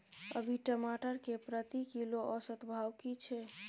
अभी टमाटर के प्रति किलो औसत भाव की छै?